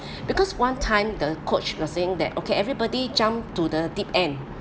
because one time the coach was saying that okay everybody jump to the deep end